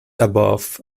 above